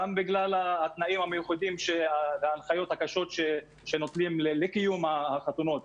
גם בגלל התנאים המיוחדים וההנחיות הקשות לקיום חתונות.